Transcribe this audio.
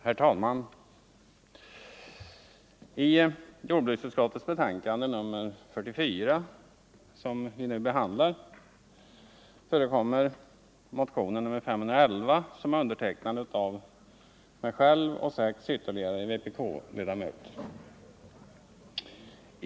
Herr talman! I jordbruksutskottets betänkande nr 44, som vi nu behandlar, förekommer motionen nr S11, undertecknad av mig och ytterligare sex vpk-ledamöter.